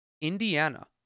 Indiana